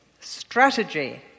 Strategy